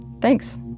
Thanks